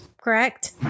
Correct